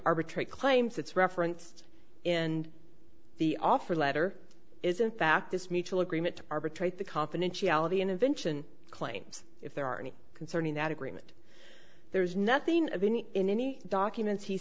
arbitrate claims it's referenced and the offer letter is in fact this mutual agreement to arbitrate the confidentiality and invention claims if there are any concerning that agreement there is nothing of any in any documents he